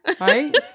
Right